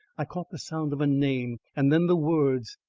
i caught the sound of a name and then the words,